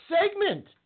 segment